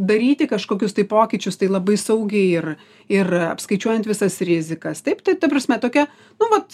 daryti kažkokius tai pokyčius tai labai saugiai ir ir apskaičiuojant visas rizikas taip tai ta prasme tokia nu vat